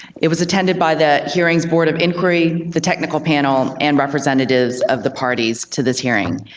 it was attended by the hearing's board of inquiry, the technical panel, and representatives of the parties to this hearing.